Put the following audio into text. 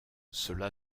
cela